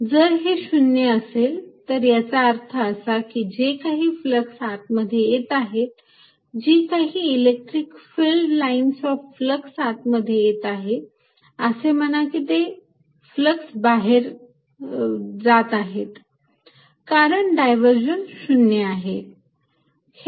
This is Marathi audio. जर हे 0 असेल याचा अर्थ असा की जे काही फ्लक्स आत मध्ये येत आहेत जी काही electric field lines of flux आत मध्ये येत आहे असे म्हणा की ते फ्लक्स बाहेर जात आहेत कारण डायव्हर्जन्स 0 आहे